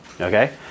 okay